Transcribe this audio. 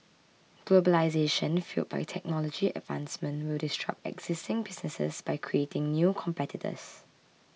globalisation fuelled by technology advancement will disrupt existing businesses by creating new competitors